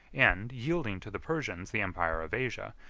and, yielding to the persians the empire of asia,